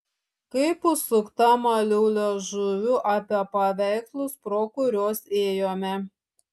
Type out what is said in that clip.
kaip užsukta maliau liežuviu apie paveikslus pro kuriuos ėjome